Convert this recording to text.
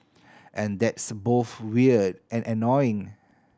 and that's both weird and annoying